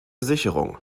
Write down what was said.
sicherung